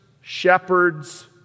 shepherds